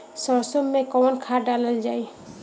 सरसो मैं कवन खाद डालल जाई?